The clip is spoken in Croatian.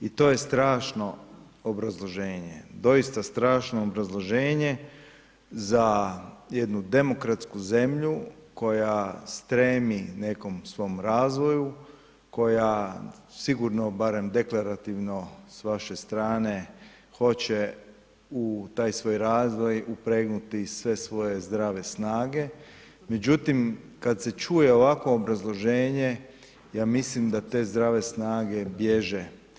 I to je strašno obrazloženje, doista strašno obrazloženje za jednu demokratsku zemlju koja stremi nekom svom razvoju, koja sigurno barem deklarativno s vaše strane hoće u taj svoj razvoj upregnuti sve svoje zdrave snage međutim kad se čuje ovakvo obrazloženje, ja mislim da te zdrave snage bježe.